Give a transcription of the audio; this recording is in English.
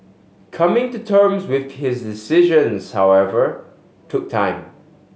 coming to terms with his decisions however took time